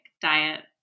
diet